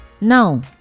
Now